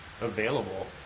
available